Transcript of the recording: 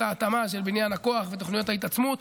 את ההתאמה של בניין הכוח ותוכניות ההתעצמות.